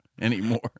anymore